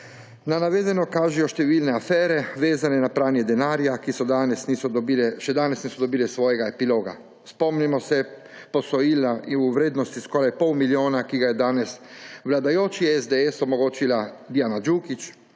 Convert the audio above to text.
Na navedeno kažejo številne afere, vezane na pranje denarja, ki še danes niso dobile svojega epiloga. Spomnimo se posojila v vrednosti skoraj pol milijona, ki ga je danes vladajoči SDS omogočila Dijana Đukić,